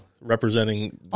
representing